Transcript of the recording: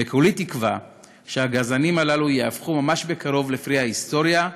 וכולי תקווה שהגזענים הללו יהפכו ממש בקרוב לפרי ההיסטוריה,